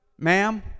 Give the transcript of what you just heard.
Ma'am